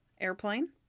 airplane